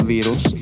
Virus